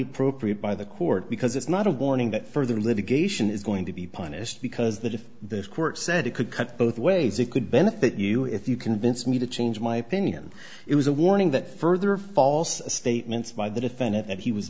appropriate by the court because it's not a warning that further litigation is going to be punished because that if the court said it could cut both ways it could benefit you if you convince me to change my opinion it was a warning that further false statements by the defendant that he was